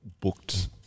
booked